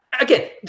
Again